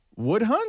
Woodhunt